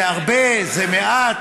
זה מעט?